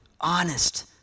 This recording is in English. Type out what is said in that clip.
honest